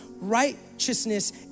Righteousness